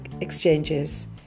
exchanges